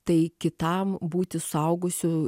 tai kitam būti suaugusiu